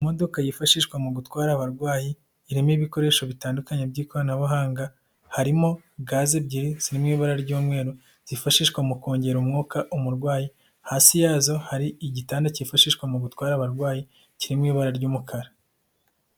Imodoka yifashishwa mu gutwara abarwayi, irimo ibikoresho bitandukanye by'ikoranabuhanga, harimo gaz ebyiri ziri mu ibabura ry'umweru zifashishwa mu kongera umwuka umurwayi, hasi yazo hari igitanda cyifashishwa mu gutwara abarwayi ,kiri mu ibara ry'umukara.